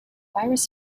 virus